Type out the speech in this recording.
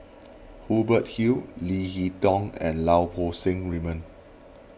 Hubert Hill Leo Hee Tong and Lau Poo Seng Raymond